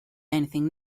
anything